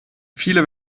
viele